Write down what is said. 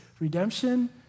redemption